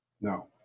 No